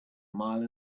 mile